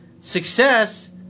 success